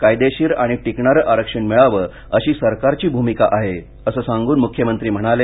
कायदेशीर आणि टिकणारं आरक्षण मिळावं अशी सरकारची भूमिका आहे असं सांगून मुख्यमंत्री म्हणाले